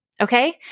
Okay